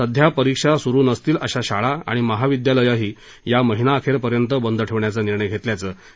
सध्या परीक्षा चालू नसतील अशा शाळा आणि महाविद्यालयंही या महिनाअखेरपर्यंत बंद ठेवण्याचा निर्णय घेतल्याचं त्यांनी सांगितलं